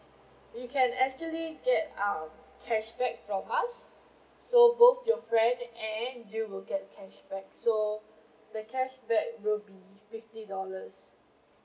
you can actually get um cashback from us so both your friend and you will get cashback so the cashback will be fifty dollars